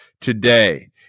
today